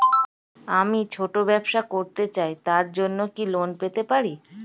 আমি ছোট ব্যবসা করতে চাই তার জন্য কি লোন পেতে পারি?